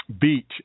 beach